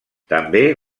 també